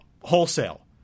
wholesale